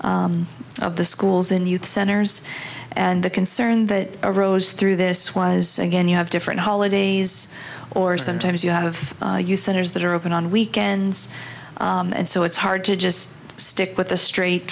of the schools in the youth centers and the concern that arose through this was again you have different holidays or sometimes you have used centers that are open on weekends and so it's hard to just stick with the str